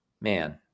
man